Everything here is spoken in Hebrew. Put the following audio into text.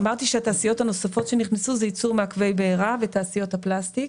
אמרתי שהתעשיות הנוספות שנכנסו זה ייצור מעכבי בעירה ותעשיות הפלסטיק.